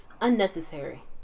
unnecessary